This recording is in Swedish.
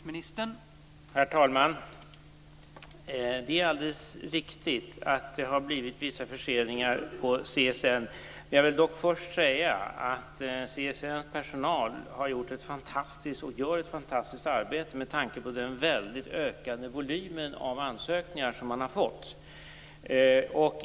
Herr talman! Det är alldeles riktigt att det har blivit vissa förseningar på CSN. Jag vill dock först säga att CSN:s personal har gjort och gör ett fantastiskt arbete med tanke på den starkt ökade volymen av ansökningar som man har fått.